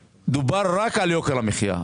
דובר רק על יוקר המחייה,